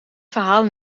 verhaal